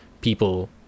people